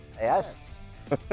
Yes